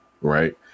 right